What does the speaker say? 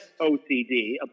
OCD